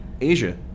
Asia